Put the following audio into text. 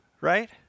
right